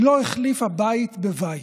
היא לא החליפה בית בבית.